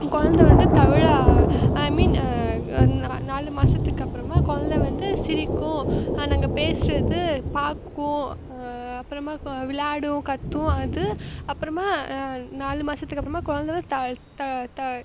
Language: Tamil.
கொழந்த வந்து தவழ ஐ மீன் நா நாலு மாதத்துக்கப்பறமா கொழந்த வந்து சிரிக்கும் நாங்கள் பேசுவது பார்க்கும் அப்புறமா கு விளாடும் கத்தும் அது அப்புறமா நாலு மாதத்துக்கப்பறமா கொழந்த த த த